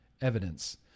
evidence